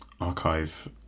archive